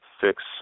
fix